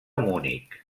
munic